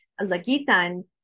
Lagitan